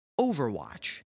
Overwatch